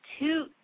two